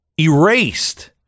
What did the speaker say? erased